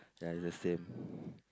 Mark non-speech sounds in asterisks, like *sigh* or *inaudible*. ya it's the same *breath*